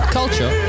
culture